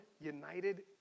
united